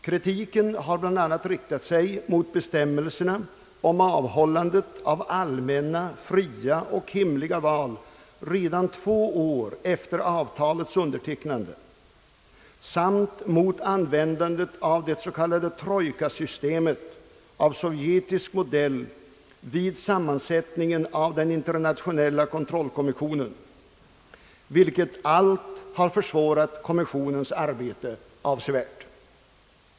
Kritiken har bl.a. riktat sig mot bestämmelserna om anordnande av allmänna, fria och hemliga val redan två år efter avtalets undertecknande samt mot användandet av det s.k. trojkasystemet av sovjetisk modell vid sammansättningen av den internationella kontrollkommissionen, vilket allt har försvårat kommissionens arbete avsevärt.